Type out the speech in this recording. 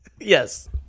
Yes